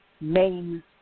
main